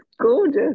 gorgeous